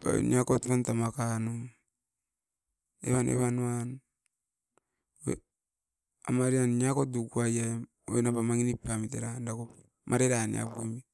pura niakot oin tamaka no. Evan-evan uan oit amarian niakot dukuai em, oinat a mangi nip pamit era dakopo mariran niapomit.